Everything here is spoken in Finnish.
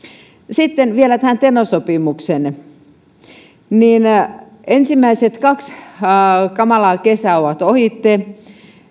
sitten vielä tähän teno sopimukseen ensimmäiset kaksi kamalaa kesää ovat ohitse